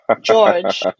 george